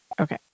Okay